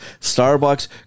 Starbucks